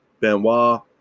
Benoit